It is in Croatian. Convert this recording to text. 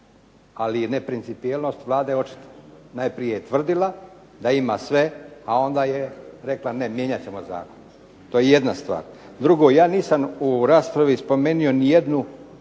ali neprincipijelnost Vlade najprije tvrdila da ima sve, a onda je rekla ne mijenjat ćemo zakon. To je jedna stvar. Drugo, ja nisam u raspravi spomenio ni jednu